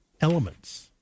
elements